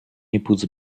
épouse